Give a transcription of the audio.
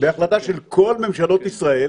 בהחלטה של כל ממשלות ישראל.